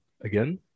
again